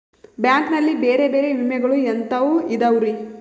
Bank ನಲ್ಲಿ ಬೇರೆ ಬೇರೆ ವಿಮೆಗಳು ಎಂತವ್ ಇದವ್ರಿ?